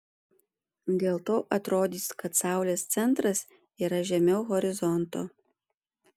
dėl to atrodys kad saulės centras yra žemiau horizonto